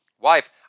wife